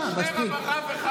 הגיע הזמן, מספיק רב אחד.